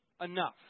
enough